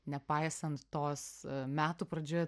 nepaisant tos metų pradžioje